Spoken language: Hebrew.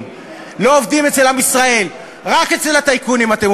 זאת המצאה ישראלית-בחריינית.